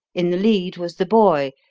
in the lead was the boy,